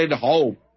hope